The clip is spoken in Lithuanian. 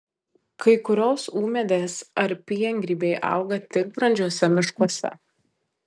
kai kurios ūmėdės ar piengrybiai auga tik brandžiuose miškuose